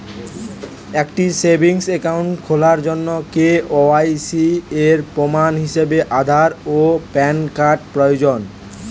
একটি savings account খোলার জন্য কে.ওয়াই.সি এর প্রমাণ হিসাবে আধার ও প্যান কার্ড প্রয়োজন